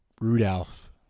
Rudolph